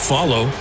Follow